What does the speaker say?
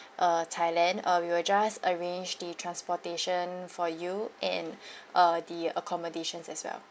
uh thailand uh we will just arrange the transportation for you and uh the accommodations as well